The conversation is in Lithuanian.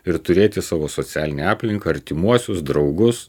ir turėti savo socialinę aplinką artimuosius draugus